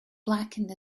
blackened